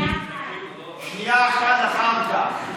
שנייה אחת, אחר כך.